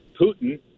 Putin